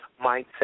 mindset